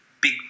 big